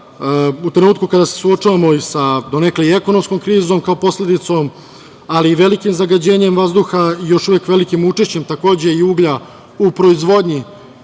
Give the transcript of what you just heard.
u trenutku kada se suočavamo i sa donekle i ekonomskom krizom kao posledicom, ali velikim zagađenjem vazduha i još velikim učešćem takođe i uglja u proizvodnji